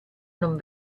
non